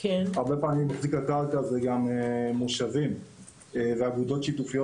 הרבה פעמים מחזיק הקרקע הם גם מושבים ואגודות שיתופיות